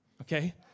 Okay